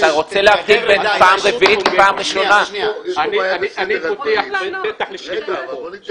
זאת אומרת, הוא בעצם רק חלק מתהליך.